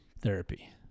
therapy